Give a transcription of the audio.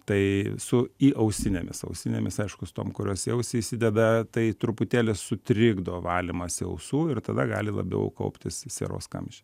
tai su į ausinėmis ausinėmis aišku su tom kurios į ausį įsideda tai truputėlį sutrikdo valymąsi ausų ir tada gali labiau kauptis sieros kamščiai